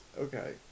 Okay